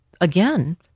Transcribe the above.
again